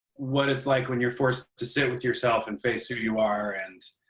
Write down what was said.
what it's like when you're forced to sit with yourself and face who you are. and,